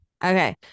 Okay